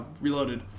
Reloaded